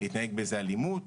התנהג באלימות.